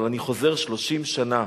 אבל אני חוזר 30 שנה,